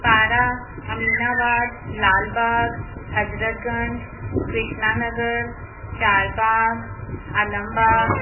Para Aminabad Lalbagh Hazratganj Krishnanagar Charbagh Alambagh